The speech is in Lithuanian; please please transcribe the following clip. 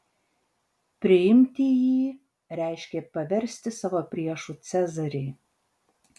priimti jį reiškė paversti savo priešu cezarį